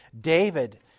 David